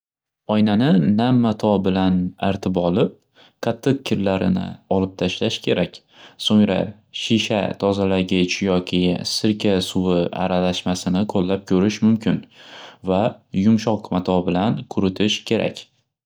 Oynani nam mato bilan artib olib qattiq kirlarini olib tashlash kerak so'ngra shisha tozalagich yoki sirka suvi aralashmasini qo'llab ko'rish mumkin va yumshoq mato bilan quritish kerak.